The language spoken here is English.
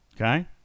Okay